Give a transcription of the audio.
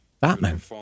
Batman